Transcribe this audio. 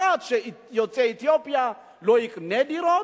היא אחת: שיוצא אתיופיה לא יקנה דירות,